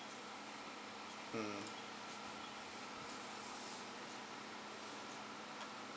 mm